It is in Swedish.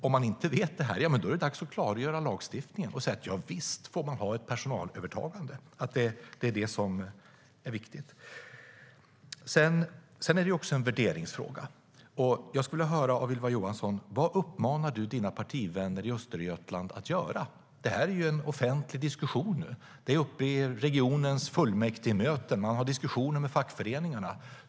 Om man inte vet det här är det dags att klargöra lagstiftningen och säga: Ja, visst får man ha ett personalövertagande. Det är det som är viktigt. Sedan är det också en värderingsfråga. Jag skulle vilja höra vad Ylva Johansson uppmanar sina partivänner i Östergötland att göra. Det här är en offentlig diskussion nu. Det är uppe i regionens fullmäktigemöten. Man har diskussioner med fackföreningarna.